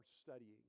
studying